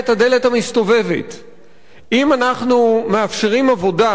אם אנחנו מאפשרים עבודה למבקשי החיים מאפריקה,